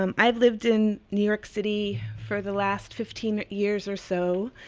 um i've lived in new york city for the last fifteen years or so,